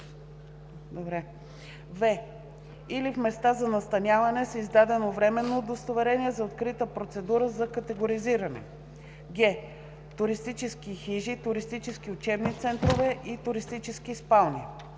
в) или в места за настаняване с издадено временно удостоверение за открита процедура за категоризиране, г) туристически хижи, туристически учебни центрове и туристически спални.“.